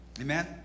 Amen